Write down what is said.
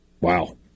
Wow